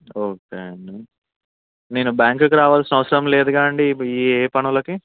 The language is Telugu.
ఓకే అండి నేను బ్యాంక్కి రావాల్సిన అవసరం లేదుగా అండి ఈ ఏ పనులకి